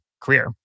career